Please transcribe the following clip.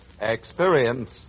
Experience